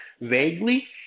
vaguely